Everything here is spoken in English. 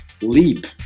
leap